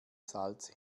salz